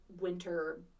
winter